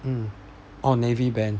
hmm oh navy band